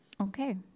Okay